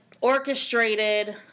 orchestrated